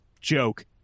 joke